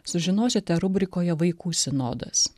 sužinosite rubrikoje vaikų sinodas